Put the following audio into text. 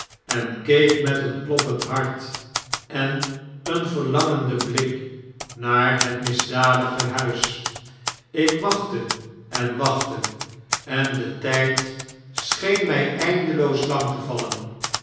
en keek met een kloppend hart en een verlangenden blik naar het misdadige huis ik wachtte en wachtte en de tyd scheen my eindeloos lang te vallen